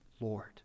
Lord